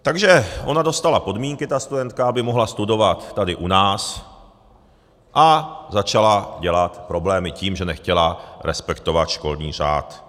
Takže ona dostala podmínky, ta studentka, aby mohla studovat tady u nás, a začala dělat problémy tím, že nechtěla respektovat školní řád.